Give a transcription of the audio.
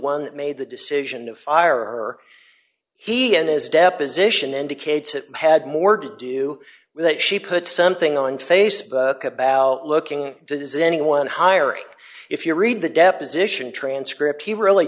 that made the decision to fire her he and his deposition indicates it had more to do with that she put something on facebook about looking does anyone hiring if you read the deposition transcript he really